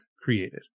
created